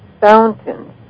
fountains